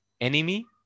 enemy